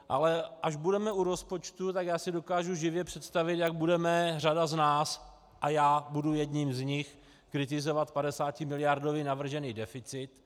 Ale až budeme u rozpočtu, tak já si dovedu živě představit, jak budeme řada z nás, a já budu jedním z nich, kritizovat padesátimiliardový navržený deficit.